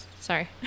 Sorry